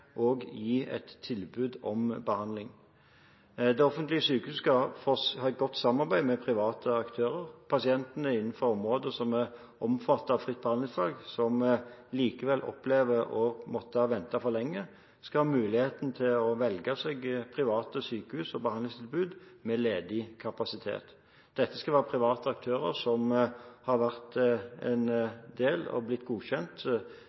gi et tilbud om behandling. De offentlige sykehusene skal ha et godt samarbeid med private aktører. Pasienter innenfor områder som er omfattet av fritt behandlingsvalg, som likevel opplever å måtte vente for lenge, skal ha muligheten til å velge seg til private sykehus og behandlingstilbud med ledig kapasitet. Dette skal være private aktører som har blitt godkjent